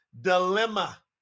dilemma